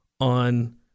on